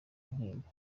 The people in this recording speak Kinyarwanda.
intimba